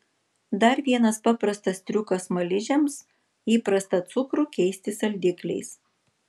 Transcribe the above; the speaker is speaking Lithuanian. dar vienas paprastas triukas smaližiams įprastą cukrų keisti saldikliais